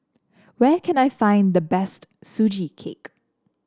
where can I find the best Sugee Cake